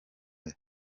aya